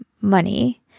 money